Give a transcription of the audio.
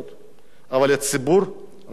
אבל הציבור רצה את זה.